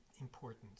important